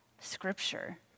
scripture